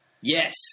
Yes